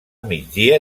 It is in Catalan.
migdia